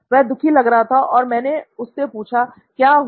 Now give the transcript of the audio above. वह दुखी लग रहा था और मैंने उससे पूछा "क्या हुआ